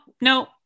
no